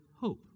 hope